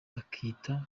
bakita